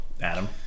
Adam